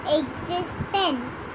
existence